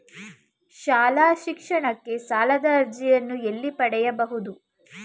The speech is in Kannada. ಶಾಲಾ ಶಿಕ್ಷಣಕ್ಕೆ ಸಾಲದ ಅರ್ಜಿಯನ್ನು ಎಲ್ಲಿ ಪಡೆಯಬಹುದು?